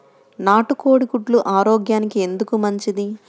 నాటు కోడి గుడ్లు ఆరోగ్యానికి ఎందుకు మంచిది?